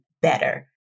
better